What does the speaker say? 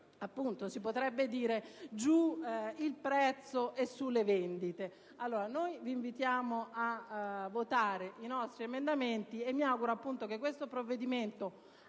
Si potrebbe dire: giù il prezzo e su le vendite. Vi invitiamo pertanto a votare i nostri emendamenti. Mi auguro che questo provvedimento, anche